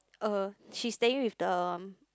uh she's saying with the